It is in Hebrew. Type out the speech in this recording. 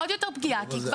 זה עוד יותר פגיעה,